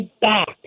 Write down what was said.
back